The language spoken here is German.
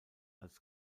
als